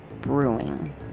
brewing